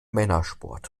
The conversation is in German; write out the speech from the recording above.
männersport